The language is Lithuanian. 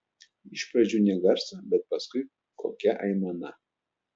iš pradžių nė garso bet paskui kokia aimana